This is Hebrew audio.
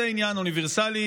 זה עניין אוניברסלי,